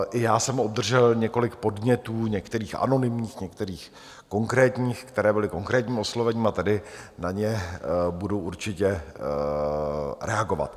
I já jsem obdržel několik podnětů, některých anonymních, některých konkrétních, které byly konkrétním oslovením, a tady na ně budu určitě reagovat.